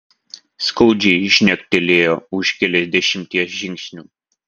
skaudžiai žnektelėjo už keliasdešimties žingsnių